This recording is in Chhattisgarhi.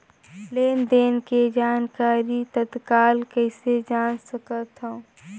लेन देन के जानकारी तत्काल कइसे जान सकथव?